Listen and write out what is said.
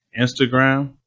Instagram